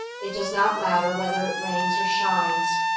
it does not matter whether it rains or shines,